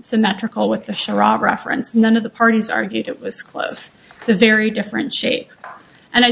symmetrical with the show rob reference none of the parties argued it was close the very different shape and i